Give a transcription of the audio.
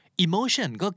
Emotion